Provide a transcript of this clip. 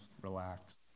relax